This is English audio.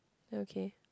okay